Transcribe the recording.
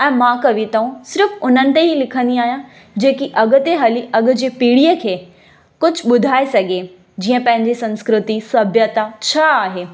ऐं मां कविताऊं सिर्फ़ु उन्हनि ते ई लिखंदी आहियां जेकी अॻिते हली अॻिए जी पीढ़ीअ खे कुझु ॿुधाए सघे जीअं पंहिंजे संस्कृति सभ्यता छा आहे